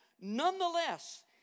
Nonetheless